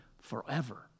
forever